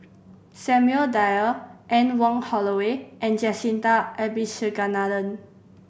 Samuel Dyer Anne Wong Holloway and Jacintha Abisheganaden